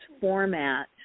format